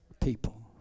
people